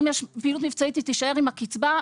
אם יש פעילות מבצעית היא תישאר עם הקצבה,